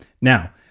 now